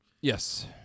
Yes